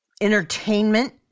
entertainment